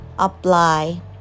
apply